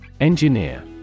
Engineer